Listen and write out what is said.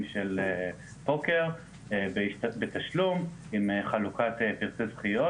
של פוקר בתשלום עם חלוקת פרסי זכיות,